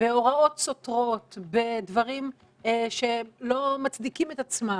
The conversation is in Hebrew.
בהוראות סותרות, בדברים שלא מצדיקים את עצמם.